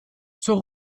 zur